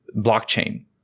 blockchain